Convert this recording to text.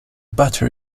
butter